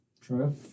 True